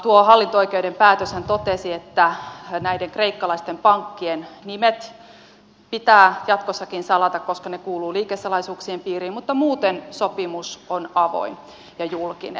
tuo hallinto oikeuden päätöshän totesi että näiden kreikkalaisten pankkien nimet pitää jatkossakin salata koska ne kuuluvat liikesalaisuuksien piiriin mutta muuten sopimus on avoin ja julkinen